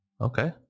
Okay